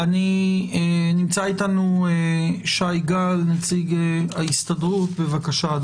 נמצא אתנו שי גל, נציג ההסתדרות, בבקשה.